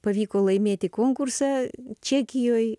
pavyko laimėti konkursą čekijoj